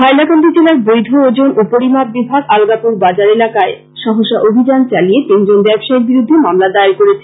হাইলাকান্দি জেলার বৈধ ওজন ও পরিমাপ বিভাগ আলগাপুর বাজার এলাকায় অতর্কিত অভিযান চালিয়ে তিনজন ব্যবসায়ীর বিরুদ্ধে মামলা দায়ের করেছে